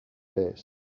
best